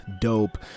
dope